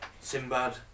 Sinbad